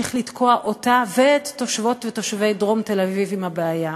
להמשיך לתקוע אותה ואת תושבות ותושבי דרום תל-אביב עם הבעיה.